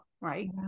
right